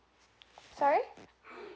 sorry